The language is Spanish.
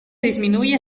disminuye